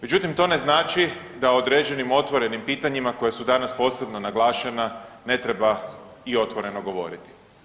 Međutim, to ne znači da o određenim otvorenim pitanjima koja su danas posebno naglašena ne treba i otvoreno govoriti.